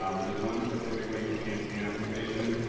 um there's one specifically for campaign optimization.